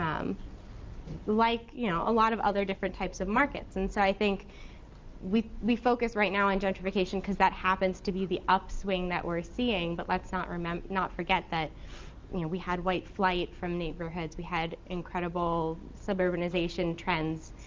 um like you know a lot of other different types of markets. and so i think we we focus right now on gentrification cause that happens to be the upswing that we're seeing, but let's not forget forget that you know we had white flight from neighborhoods. we had incredible suburbanization trends.